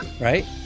right